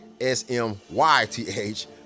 S-M-Y-T-H